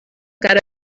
got